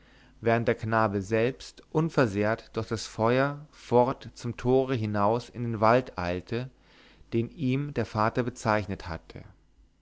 während der knabe selbst unversehrt durch das feuer fort zum tore hinaus in den wald eilte den ihm der vater bezeichnet hatte